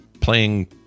playing